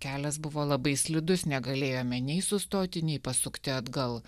kelias buvo labai slidus negalėjome nei sustoti nei pasukti atgal